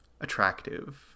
attractive